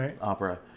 opera